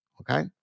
Okay